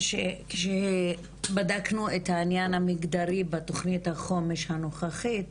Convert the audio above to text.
כאשר בדקנו את העניין המגדרי בתכנית החומש הנוכחית,